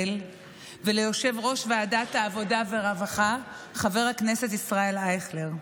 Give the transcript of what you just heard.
וליושב-ראש ועדת העבודה והרווחה חבר הכנסת ישראל אייכלר.